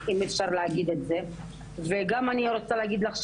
אם אפשר להגיד את זה וגם אני רוצה להגיד לך,